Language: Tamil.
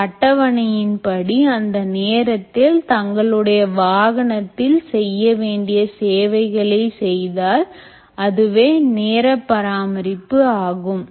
அந்த அட்டவணையின் படி அந்த நேரத்தில் தங்களுடைய வாகனத்தில் செய்ய வேண்டிய சேவைகளை செய்தால் அதுவே நேர பராமரிப்பு ஆகும்